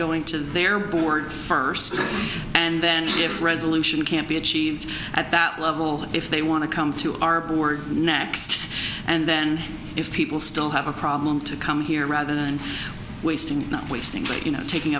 going to their board first and then if resolution can't be achieved at that level if they want to come to our board next and then if people still have a problem to come here rather than wasting wasting what you know taking